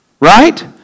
Right